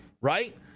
right